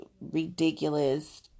ridiculous